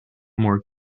more